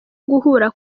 guhura